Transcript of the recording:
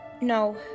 No